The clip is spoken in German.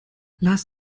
lars